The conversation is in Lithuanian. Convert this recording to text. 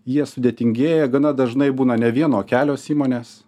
jie sudėtingėja gana dažnai būna ne viena o kelios įmonės